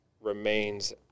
remains